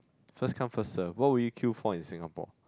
first come first serve what would you queue for in Singapore